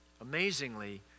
amazingly